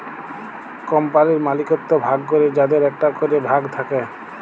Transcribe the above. কম্পালির মালিকত্ব ভাগ ক্যরে যাদের একটা ক্যরে ভাগ থাক্যে